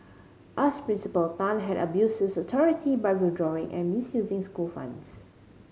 as principal Tan had abused his authority by withdrawing and misusing school funds